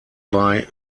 bei